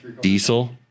diesel